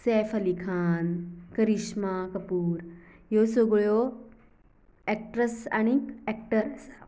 सैफ अली खान करिश्मा कपूर ह्यो सगळ्यो एक्ट्रेस आनी एक्टर आसा